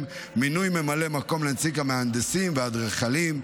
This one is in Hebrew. מינוי ממלא מקום לנציג המהנדסים והאדריכלים,